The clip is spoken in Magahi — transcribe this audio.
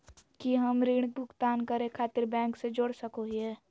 की हम ऋण भुगतान करे खातिर बैंक से जोड़ सको हियै?